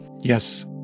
Yes